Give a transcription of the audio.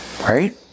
Right